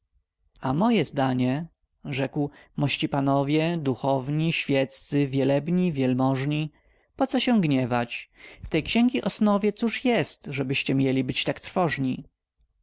a moje zdanie rzekł mości panowie duchowni świeccy wielebni wielmożni poco się gniewać w tej xięgi osnowie cóż jest żebyście mieli być tak trwożni